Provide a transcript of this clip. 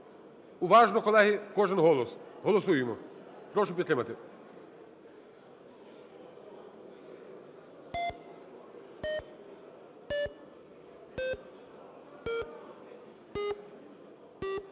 уважно, колеги, кожен голос. Голосуємо, прошу підтримати.